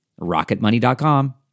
rocketmoney.com